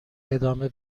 ادامه